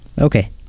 Okay